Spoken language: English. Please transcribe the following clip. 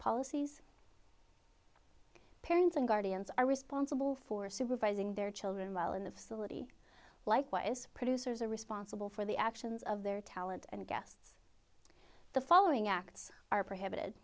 policies parents and guardians are responsible for supervising their children while in the facility likewise producers are responsible for the actions of their talent and guests the following acts are